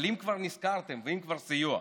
אבל אם כבר נזכרתם ואם כבר סיוע,